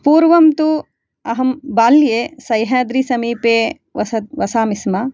पूर्वं तु अहं बाल्ये सौह्याद्रिसमीपे वस वसामि स्म